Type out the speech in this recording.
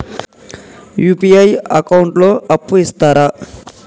UPI account లో అప్పు ఇస్తరా?